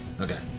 Okay